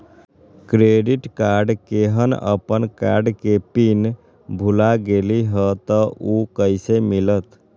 Credit card केहन अपन card के पिन भुला गेलि ह त उ कईसे मिलत?